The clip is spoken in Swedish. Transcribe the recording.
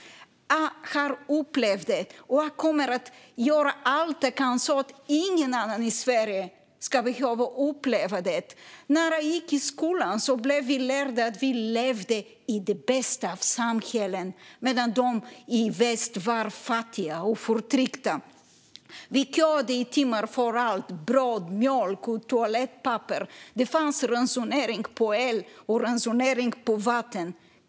Jag har upplevt detta, och jag kommer att göra allt jag kan för att ingen annan i Sverige ska behöva uppleva det. När jag gick i skolan blev vi lärda att vi levde i det bästa av samhällen, medan de i väst var fattiga och förtryckta. Vi köade i timmar för allt - bröd, mjölk och toalettpapper. Det var ransonering på el och ransonering på vatten.